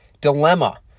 dilemma